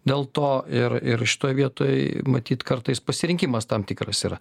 dėl to ir ir šitoj vietoj matyt kartais pasirinkimas tam tikras yra